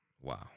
wow